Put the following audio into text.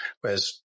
whereas